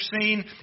seen